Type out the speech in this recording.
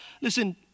Listen